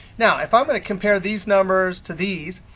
now if i'm going to compare these numbers to these.